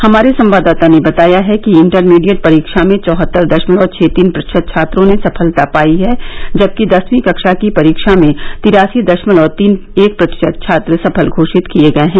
हमारे संवाददाता ने बताया है कि इंटरमीडिएट परीक्षा में चौहत्तर दशमलव छह तीन प्रतिशत छात्रों ने सफलता पाई है जबकि दसवीं कक्षा की परीक्षा में तिरासी दशमलव तीन एक प्रतिशत छात्र सफल घोषित किए गये हैं